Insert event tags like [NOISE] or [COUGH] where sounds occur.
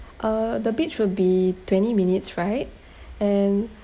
uh the beach would be twenty minutes ride [BREATH] and